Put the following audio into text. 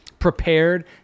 prepared